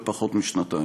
בפחות משנתיים.